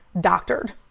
doctored